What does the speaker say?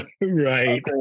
right